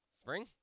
Spring